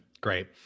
Great